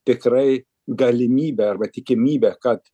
tikrai galimybė arba tikimybė kad